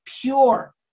pure